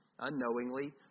unknowingly